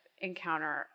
encounter